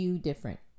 different